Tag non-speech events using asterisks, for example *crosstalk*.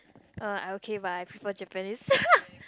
uh I okay but I prefer Japanese *laughs*